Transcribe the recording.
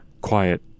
quiet